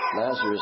Lazarus